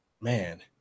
man